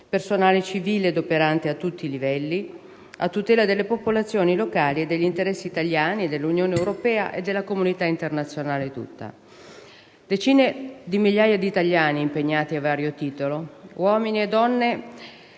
personale civile operante a tutti i livelli a tutela delle popolazioni locali e degli interessi italiani, dell'Unione europea e della comunità internazionale. Decine di migliaia di italiani sono impegnati a vario titolo: uomini e donne